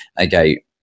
Okay